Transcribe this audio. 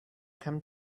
come